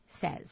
says